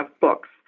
books